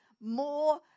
more